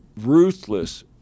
ruthless